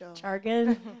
jargon